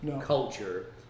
culture